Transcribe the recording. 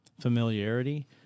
familiarity